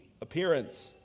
appearance